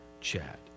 chat